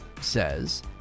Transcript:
says